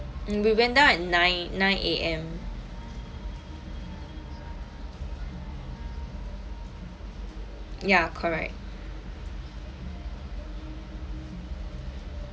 mm we went down at nine nine A_M ya correct